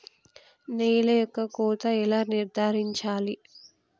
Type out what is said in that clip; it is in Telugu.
నేల యొక్క కోత ఎలా నిర్ధారించాలి?